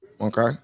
Okay